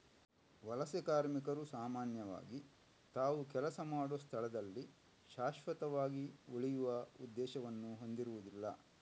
ವಲಸೆ ಕಾರ್ಮಿಕರು ಸಾಮಾನ್ಯವಾಗಿ ತಾವು ಕೆಲಸ ಮಾಡುವ ಸ್ಥಳದಲ್ಲಿ ಶಾಶ್ವತವಾಗಿ ಉಳಿಯುವ ಉದ್ದೇಶವನ್ನು ಹೊಂದಿರುದಿಲ್ಲ